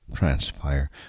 transpire